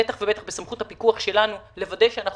בטח ובטח בסמכות הפיקוח שלנו לוודא שאנחנו